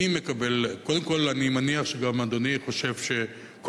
קודם כול אני מניח שגם אדוני חושב שכל